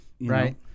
right